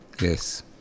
yes